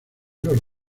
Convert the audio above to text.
los